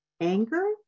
anger